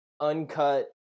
uncut